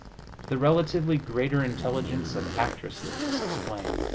the relatively greater intelligence of actresses is explained.